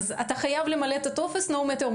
אז חייבים למלא את הטופס לא משנה מה,